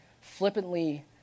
flippantly